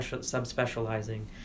sub-specializing